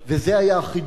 זה היה החידוש.